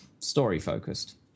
story-focused